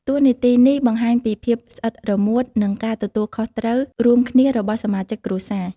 តួនាទីនេះបង្ហាញពីភាពស្អិតរមួត និងការទទួលខុសត្រូវរួមគ្នារបស់សមាជិកគ្រួសារ។